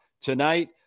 tonight